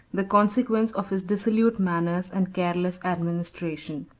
the consequence of his dissolute manners and careless administration.